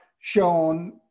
shown